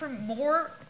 more